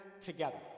Together